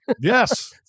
Yes